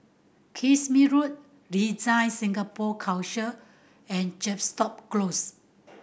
Kismis Road DesignSingapore Council and Chepstow Close